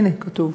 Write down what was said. הנה, כתוב.